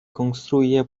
construye